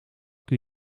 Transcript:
kan